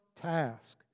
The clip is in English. task